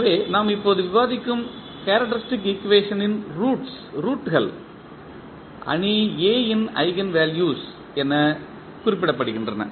எனவே நாம் இப்போது விவாதிக்கும் கேரக்டரிஸ்டிக் ஈக்குவேஷனின் ரூட்கள் அணி A இன் ஈஜென்வெல்யூஸ் என குறிப்பிடப்படுகின்றன